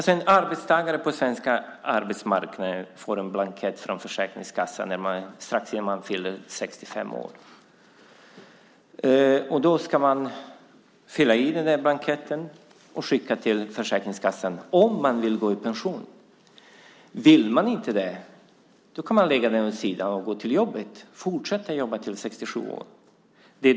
Som arbetstagare på den svenska arbetsmarknaden får man en blankett från Försäkringskassan strax innan man fyller 65 år. Blanketten ska fyllas i och skickas till Försäkringskassan om man vill gå i pension. Vill man inte det kan man lägga den åt sidan, gå till jobbet och fortsätta att jobba tills man är 67 år.